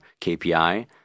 KPI